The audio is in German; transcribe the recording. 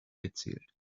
gezählt